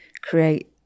create